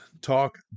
talk